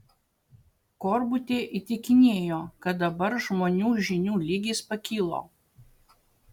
korbutė įtikinėjo kad dabar žmonių žinių lygis pakilo